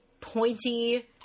pointy